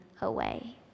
away